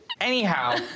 Anyhow